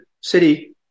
city